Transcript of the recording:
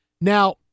Now